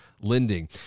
lending